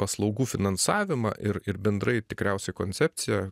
paslaugų finansavimą ir ir bendrai tikriausiai koncepciją